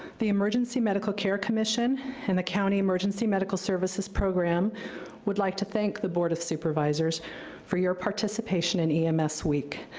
the emergency medical care commission and the county emergency medical services program would like to thank the board of supervisors for your participation in um ems week.